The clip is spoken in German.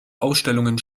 ausstellungen